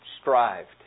strived